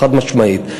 חד-משמעית.